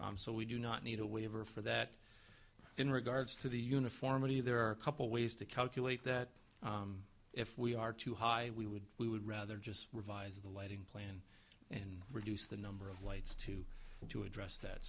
so we do not need a waiver for that in regards to the uniformity there are a couple ways to calculate that if we are too high we would we would rather just revise the lighting plan and reduce the number of lights to to address that